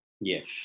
Yes